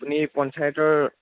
আপুনি পঞ্চায়তৰ